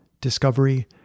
discovery